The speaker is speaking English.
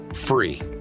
free